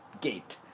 gate